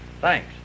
Thanks